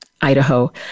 Idaho